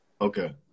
Okay